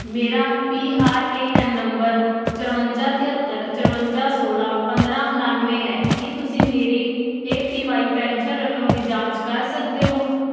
ਮੇਰਾ P R A N number ਚੁਰੰਜਾ ਤਿਹੱਤਰ ਚੁਰੰਜਾ ਸੋਲਾਂ ਪੰਦਰਾਂ ਉਣਾਨਵੇਂ ਹੈ ਕੀ ਤੁਸੀਂ ਮੇਰੀ ਏ ਪੀ ਵਾਈ ਪੈਨਸ਼ਨ ਰਕਮ ਦੀ ਜਾਂਚ ਕਰ ਸਕਦੇ ਹੋ